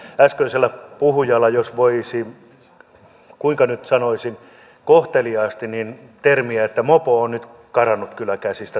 äskeisellä puhujalla jos voisi kuinka nyt sanoisi kohteliaasti käyttää termiä että mopo on nyt karannut kyllä käsistä tulkinnan suhteen